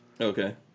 Okay